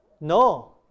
No